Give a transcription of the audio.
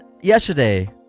yesterday